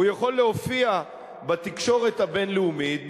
הוא יכול להופיע בתקשורת הבין-לאומית,